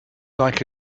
like